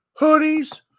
Hoodies